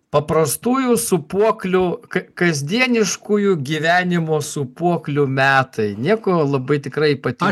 paprastųjų sūpuoklių ka kasdieniškųjų gyvenimo sūpuoklių metai nieko labai tikrai ypati